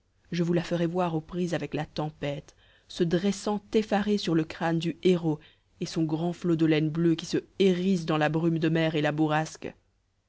je vous la ferais voir aux prises avec la tempête se dressant effarée sur le crâne du héros et son grand flot de laine bleue qui se hérisse dans la brume de mer et la bourrasque